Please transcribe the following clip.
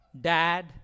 Dad